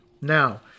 Now